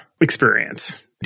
experience